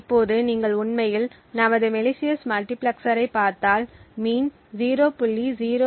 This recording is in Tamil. இப்போது நீங்கள் உண்மையில் நமது மலிசியஸ் மல்டிபிளெக்சரைப் பார்த்தால் மீண் 0